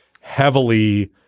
heavily